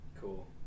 Cool